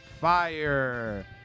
fire